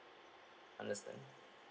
understand